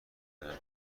برم